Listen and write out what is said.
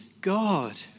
God